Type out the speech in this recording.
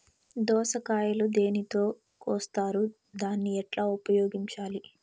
దోస కాయలు దేనితో కోస్తారు దాన్ని ఎట్లా ఉపయోగించాలి?